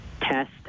test